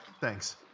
Thanks